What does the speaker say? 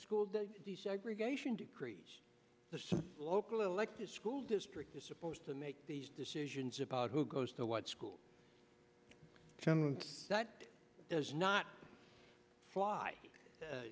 school desegregation decrees some local elected school district is supposed to make these decisions about who goes to what school that does not fly